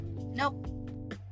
Nope